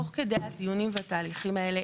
תוך כדי הדיונים והתהליכים האלה,